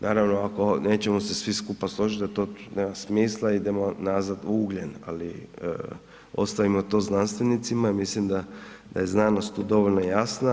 Naravno ako nećemo se svi skupa složiti da to nema smisla idemo nazad u ugljen, ali ostavimo to znanstvenicima i mislim da je znanost tu dovoljno jasna.